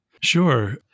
Sure